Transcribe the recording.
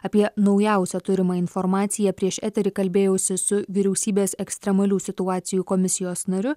apie naujausią turimą informaciją prieš eterį kalbėjausi su vyriausybės ekstremalių situacijų komisijos nariu